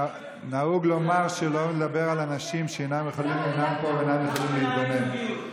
נהוג לומר שלא לדבר על אנשים שאינם פה ואינם יכולים להתגונן.